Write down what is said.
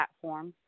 platform